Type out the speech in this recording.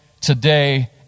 today